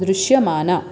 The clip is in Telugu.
దృశ్యమాన